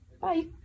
bye